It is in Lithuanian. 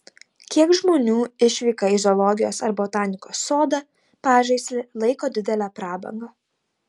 kiek žmonių išvyką į zoologijos ar botanikos sodą pažaislį laiko didele prabanga